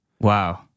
wow